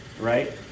Right